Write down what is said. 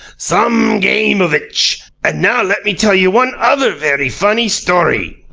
some gameovitch! and now let me tell you one other vairy funny story